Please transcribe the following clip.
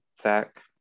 Zach